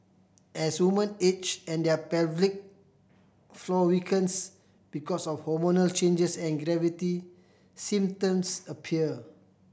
as woman age and their pelvic floor weakens because of hormonal changes and gravity symptoms appear